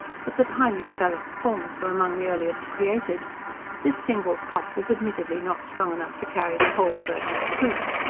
but that highly developed forms were among the earliest created this single prop was admittedly not strong enough to carry the whole burden of proof.